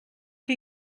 que